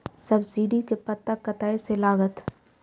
Subsidy के पता कतय से लागत?